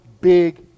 big